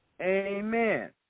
Amen